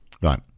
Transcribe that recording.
Right